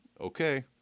okay